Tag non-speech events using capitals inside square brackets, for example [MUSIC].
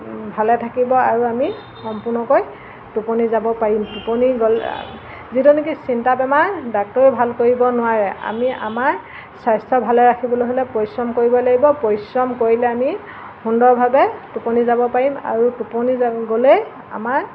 ভালে থাকিব আৰু আমি সম্পূৰ্ণকৈ টোপনি যাব পাৰিম টোপনি গ'লে যিটো নেকি চিন্তা বেমাৰ ডাক্তৰেয়ো ভাল কৰিব নোৱাৰে আমি আমাৰ স্বাস্থ্য ভালে ৰাখিবলৈ হ'লে পৰিশ্ৰম কৰিব লাগিব পৰিশ্ৰম কৰিলে আমি সুন্দৰভাৱে টোপনি যাব পাৰিম আৰু টোপনি [UNINTELLIGIBLE] গ'লেই আমাৰ